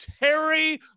Terry